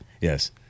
Yes